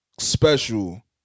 Special